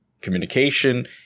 communication